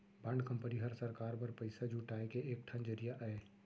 bond company हर सरकार बर पइसा जुटाए के एक ठन जरिया अय